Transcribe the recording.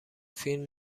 فیلم